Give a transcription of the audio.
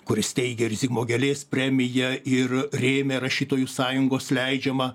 kuris steigia ir zigmo gėlės premiją ir rėmė rašytojų sąjungos leidžiamą